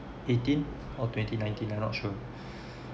eighteen or twenty nineteen I'm not sure